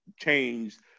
changed